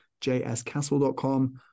jscastle.com